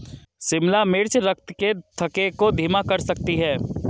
शिमला मिर्च रक्त के थक्के को धीमा कर सकती है